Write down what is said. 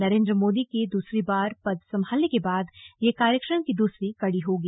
नरेन्द्र मोदी के दूसरी बार पद संभालने के बाद यह कार्यक्रम की दूसरी कड़ी होगी